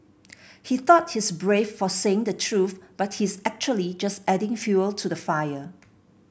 he thought he's brave for saying the truth but he's actually just adding fuel to the fire